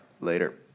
later